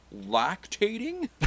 lactating